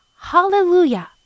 Hallelujah